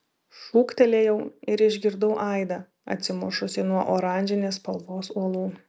šūktelėjau ir išgirdau aidą atsimušusį nuo oranžinės spalvos uolų